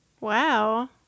Wow